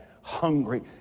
hungry